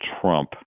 Trump